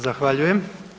Zahvaljujem.